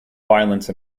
violence